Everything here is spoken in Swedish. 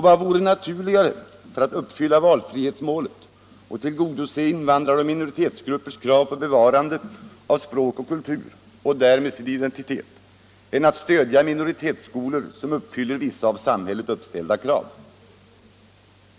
Vad vore naturligare för att uppnå valfrihetsmålet och tillgodose invandraroch minoritetsgruppernas krav på bevarande av språk och kultur — och därmed sin identitet — än att stödja minoritetsskolor, som uppfyller vissa av samhället uppställda villkor?